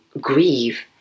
grieve